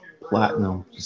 Platinum